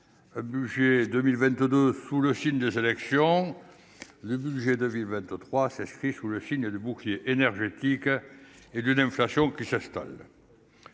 budget 2022 sous le signe de allais action : le budget 2023 s'inscrit sous le film et le bouclier énergétique et d'une inflation qui s'installe,